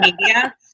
media